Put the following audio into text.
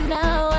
now